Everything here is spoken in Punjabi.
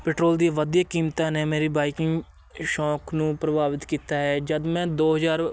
ਪੈਟਰੋਲ ਦੀ ਵੱਧਦੀਆਂ ਕੀਮਤਾਂ ਨੇ ਮੇਰੀ ਬਾਈਕਿੰਗ ਸ਼ੌਕ ਨੂੰ ਪ੍ਰਭਾਵਿਤ ਕੀਤਾ ਹੈ ਜਦ ਮੈਂ ਦੋ ਹਜ਼ਾਰ